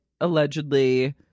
allegedly